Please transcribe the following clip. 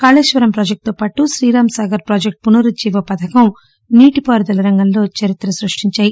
Kaleshwaram project తో పాటు Sriramsagar project పునరుజ్జీవ పథకం నీటిపారుదల రంగంలో చరిత్రను సృష్టించాయి